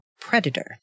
predator